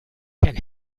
can